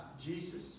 Jesus